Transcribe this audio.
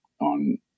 on